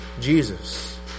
Jesus